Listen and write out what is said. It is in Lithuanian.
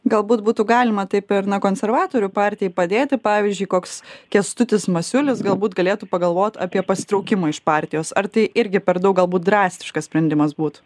galbūt būtų galima taip ir na konservatorių partijai padėti pavyzdžiui koks kęstutis masiulis galbūt galėtų pagalvot apie pasitraukimą iš partijos ar tai irgi per daug galbūt drastiškas sprendimas būtų